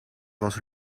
was